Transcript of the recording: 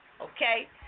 okay